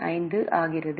5 ஆகிறது